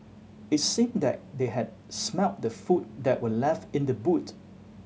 it seemed that they had smelt the food that were left in the boot